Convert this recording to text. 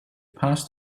passed